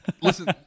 Listen